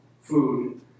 food